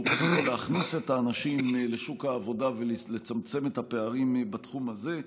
שהוא להכניס את האנשים לשוק העבודה ולצמצם את הפערים בתחום הזה,